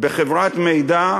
בחברת מידע,